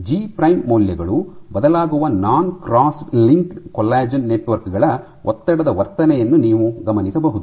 G prime ಮೌಲ್ಯಗಳು ಬದಲಾಗುವ non crossed linked collagen network ಗಳ ಒತ್ತಡದ ವರ್ತನೆಯನ್ನು ನೀವು ಗಮನಿಸಬಹುದು